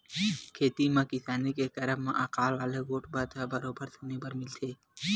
खेती किसानी के करब म अकाल वाले गोठ बात ह बरोबर सुने बर मिलथे ही